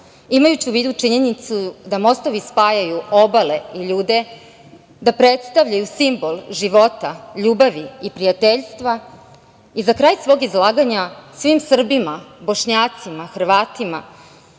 imajući u vidu činjenicu da mostovi spajaju obale i ljude, da predstavljaju simbol života, ljubavi i prijateljstva.Za kraj svoj izlaganja svim Srbima, Bošnjacima, Hrvatima